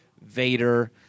Vader